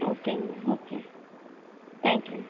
ஓகேங்க ma'am okay thank you ma'am